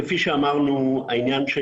כפי שאמרנו, העניין של